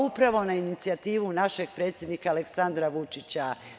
Upravo na inicijativu našeg predsednika Aleksandra Vučića.